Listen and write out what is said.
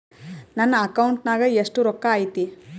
ನನ್ನ ಅಕೌಂಟ್ ನಾಗ ಎಷ್ಟು ರೊಕ್ಕ ಐತಿ?